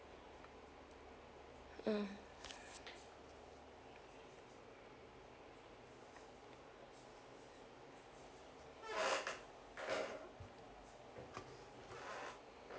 mm